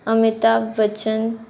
Amitabh Bachchan